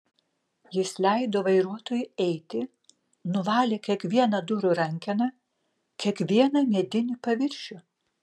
jis leido vairuotojui eiti nuvalė kiekvieną durų rankeną kiekvieną medinį paviršių